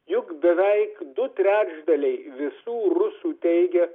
juk beveik du trečdaliai visų rusų teigia